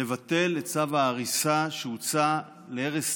לבטל את צו ההריסה שהוצא להרס